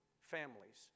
families